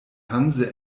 hanse